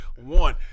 one